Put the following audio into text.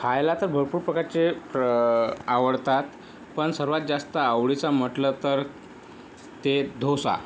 खायला तर भरपूर प्रकारचे आवडतात पण सर्वात जास्त आवडीचं म्हटलं तर ते दोसा